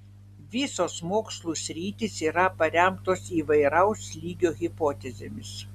visos mokslų sritys yra paremtos įvairaus lygio hipotezėmis